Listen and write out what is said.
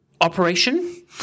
operation